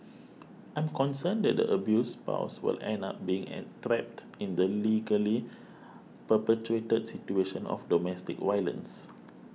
I'm concerned that the abused spouse was end up being trapped in the legally perpetuated situation of domestic violence